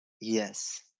Yes